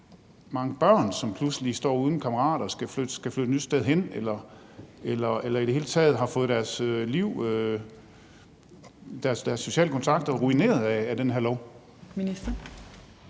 de mange børn, som pludselig står uden kammerater og skal flytte et nyt sted hen, eller som i det hele taget har fået deres liv, deres sociale kontakter, ruineret af den her lov?